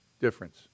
difference